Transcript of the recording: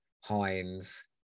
Hines